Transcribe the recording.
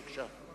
בבקשה.